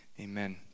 Amen